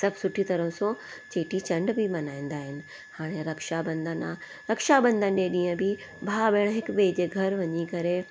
सभु सुठी तरह सां चेटीचंड बि मल्हाईंदा आहिनि हाणे रक्षाबंधन आहे रक्षाबंधन जे ॾींहं बि भाउ भेण हिक ॿिए जे घरु वञी करे